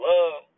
Love